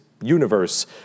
universe